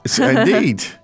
Indeed